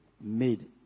made